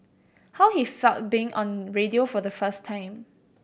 how he felt being on radio for the first time